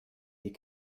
die